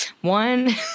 One